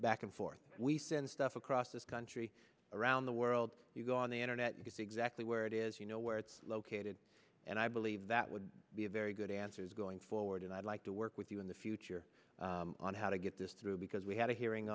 back and forth we send stuff across the sky three around the world you go on the internet you can see exactly where it is you know where it's located and i believe that would be a very good answers going forward and i'd like to work with you in the future on how to get this through because we had a hearing